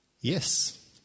Yes